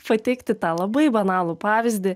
pateikti tą labai banalų pavyzdį